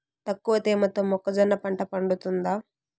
తక్కువ తేమతో మొక్కజొన్న పంట పండుతుందా?